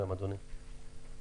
אדוני,